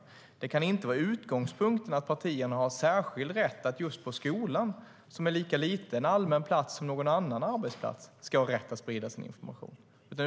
Utgångspunkten kan inte vara att partierna har särskild rätt att just på skolan, som är lika lite en allmän plats som någon annan arbetsplats, sprida information.